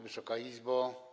Wysoka Izbo!